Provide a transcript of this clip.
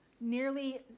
nearly